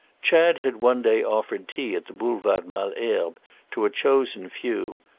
chad had one day offered tea at the boulevard malesherbes to a chosen few,